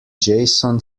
json